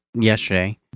yesterday